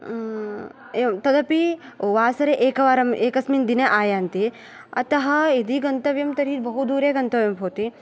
एवं तदपि वासरे एकवारं एकस्मिन् दिने आयान्ति अत यदि गन्तव्यं तर्हि बहु दूरे गन्तव्यं भवति